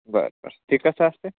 बरं बरं ते कसं असतंय